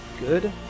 good